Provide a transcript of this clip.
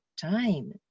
time